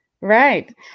right